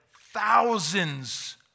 thousands